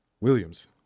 Williams